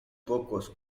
pocos